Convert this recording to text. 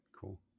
Cool